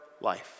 life